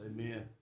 Amen